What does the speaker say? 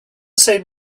same